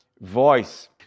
voice